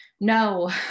no